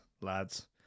lads